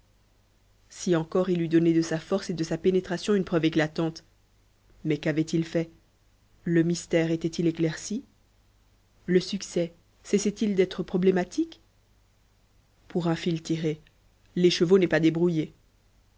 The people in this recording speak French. si encore il eût donné de sa force et de sa pénétration une preuve éclatante mais qu'avait-il fait le mystère était-il éclairci le succès cessait il d'être problématique pour un fil tiré l'écheveau n'est pas débrouillé